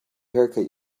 haircut